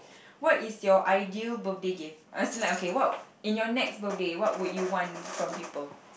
what is your ideal birthday gift as in like okay what in your next birthday what would you want from people